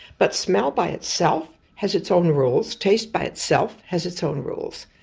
but smell by itself has its own rules, taste by itself has its own rules.